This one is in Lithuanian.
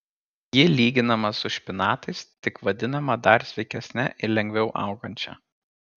ji lyginama su špinatais tik vadinama dar sveikesne ir lengviau augančia